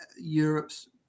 Europe's